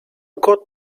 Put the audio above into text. got